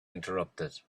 interrupted